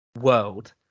world